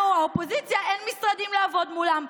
לנו, האופוזיציה, אין משרדים לעבוד מולם.